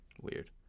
Weird